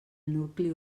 nucli